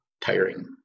tiring